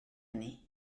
hynny